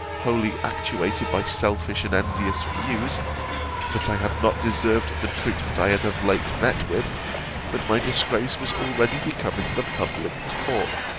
wholly actuated by selfish and envious views that i had not deserved the treatment i had of late met with that my disgrace was already become the public talk